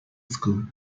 school